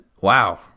Wow